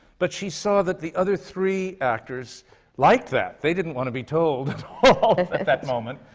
but she saw that the other three actors liked that. they didn't want to be told at all at that moment!